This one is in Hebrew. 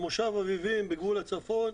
ממושב אביבים מגבול הצפון,